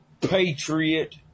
patriot